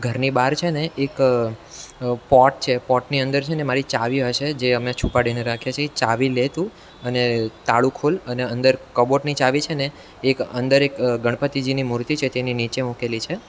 ઘરની બહાર છે ને એક પોટ છે પોટની અંદર છે ને મારી ચાવી હશે જે અમે છુપાવીને રાખીએ છીએ ચાવી લે તું અને તાળું ખોલ અને અંદર કબાટની ચાવી છે ને એક અંદર એક ગણપતિજીની મૂર્તિ છે તેની નીચે મૂકેલી છે